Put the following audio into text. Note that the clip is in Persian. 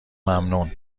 ممنون